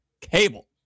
cable